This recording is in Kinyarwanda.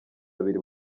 abiri